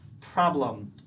problem